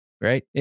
right